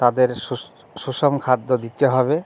তাদের সুষম খাদ্য দিতে হবে